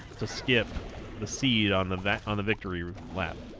to skip the seed on the vet on the victory lap